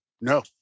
No